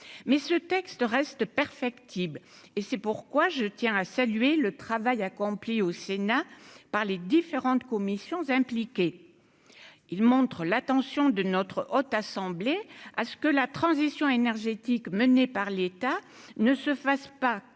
mais ce texte reste perfectible, et c'est pourquoi je tiens à saluer le travail accompli au Sénat par les différentes commissions impliqué, il montre l'attention de notre haute assemblée à ce que la transition énergétique menée par l'État ne se fasse pas